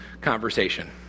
Conversation